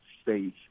space